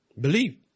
Believe